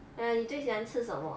ya 你最喜欢吃什么